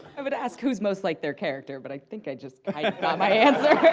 i would ask who's most like their character, but i think i just got my answer.